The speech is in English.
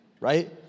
right